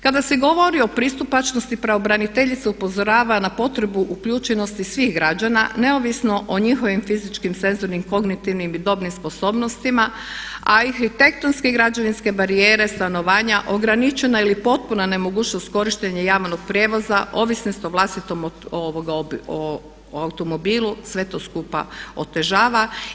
Kada se govori o pristupačnosti pravobraniteljica upozorava na potrebu uključenosti svih građana neovisno o njihovim fizičkim, senzornim, kognitivnim i dobnim sposobnostima a i arhitektonske i građevinske barijere stanovanja, ograničena ili potpuna nemogućnost korištenja javnog prijevoza, ovisnost o vlastitom automobilu, sve to skupa otežava.